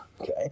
Okay